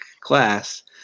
class